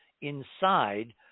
inside